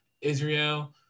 Israel